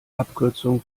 abkürzung